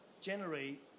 generate